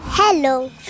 Hello